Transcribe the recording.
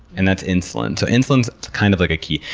and that's insulin. so insulin is kind of like a key.